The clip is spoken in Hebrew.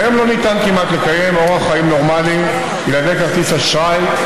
כיום לא ניתן כמעט לקיים אורח חיים נורמלי בלי כרטיס אשראי,